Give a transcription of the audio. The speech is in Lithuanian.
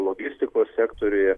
logistikos sektoriuje